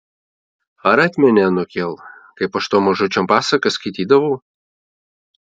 ar atmeni anūkėl kaip aš tau mažučiam pasakas skaitydavau